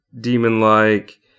demon-like